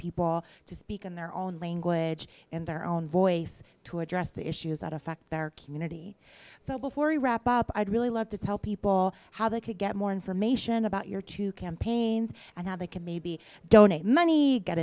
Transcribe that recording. people to speak in their own language and their own voice to address the issues that affect their community so before we wrap up i'd really love to tell people how they could get more information about your two campaigns and how they can maybe donate money get